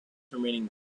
remaining